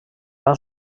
van